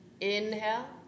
Inhale